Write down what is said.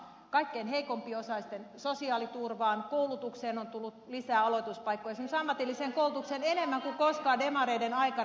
kaikkein heikko osaisimpien sosiaaliturvaan koulutukseen on tullut lisää aloituspaikkoja esimerkiksi ammatilliseen koulutukseen enemmän kuin koskaan demareiden aikana